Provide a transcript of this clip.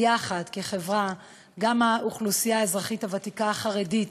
גם האוכלוסייה הוותיקה החרדית,